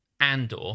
Andor